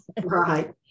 right